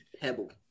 pebble